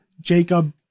Jacob